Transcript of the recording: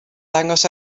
dangos